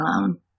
alone